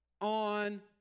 on